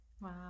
Wow